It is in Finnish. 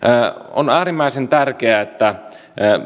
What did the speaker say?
on äärimmäisen tärkeää että